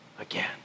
again